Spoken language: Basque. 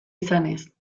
izanez